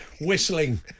whistling